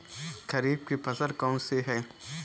खरीफ की फसल कौन सी है?